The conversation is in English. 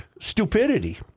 stupidity